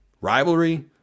rivalry